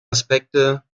aspekte